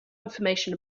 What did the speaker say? information